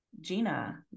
Gina